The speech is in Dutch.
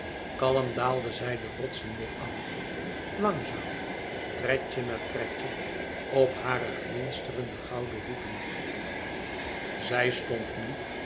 kalm daalde zij de rotsen weêr af langzaam tredje na tredje op hare glinsterende gouden hoeven zij stond nu